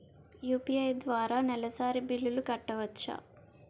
UPI ద్వారా నెలసరి బిల్లులు కట్టవచ్చా?